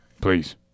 Please